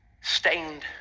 stained